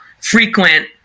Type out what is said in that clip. frequent